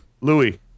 Louis